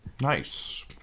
nice